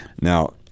Now